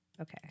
Okay